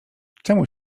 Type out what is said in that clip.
czemu